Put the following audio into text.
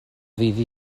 ddydd